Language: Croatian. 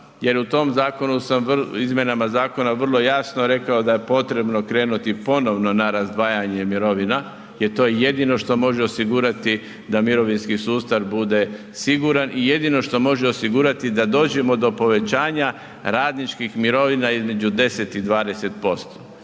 zakonu sam, izmjenama zakona vrlo jasno rekao da je potrebno krenuti ponovno na razdvajanje mirovina jer to je jedino što može osigurati da mirovinski sustav bude siguran i jedino što može osigurati da dođemo do povećanja radničkim mirovina između 10 i 20%.